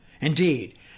Indeed